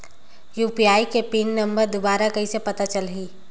UPI के PIN number दुबारा कइसे पता चलही?